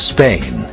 Spain